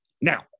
Now